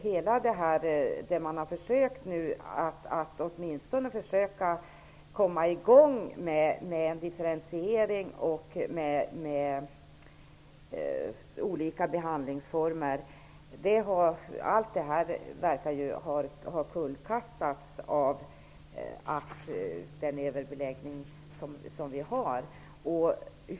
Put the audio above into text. Men man har ju försökt att åtminstone komma i gång med en differentiering och olika behandlingsformer. Men det hela verkar ha kullkastats genom den överbeläggning som råder.